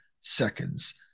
seconds